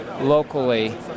locally